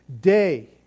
day